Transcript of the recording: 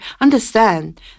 understand